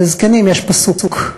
לזקנים יש פסוק: